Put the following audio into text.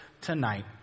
tonight